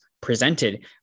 presented